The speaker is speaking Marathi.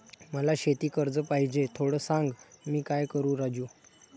मला शेती कर्ज पाहिजे, थोडं सांग, मी काय करू राजू?